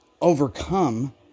overcome